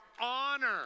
honor